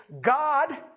God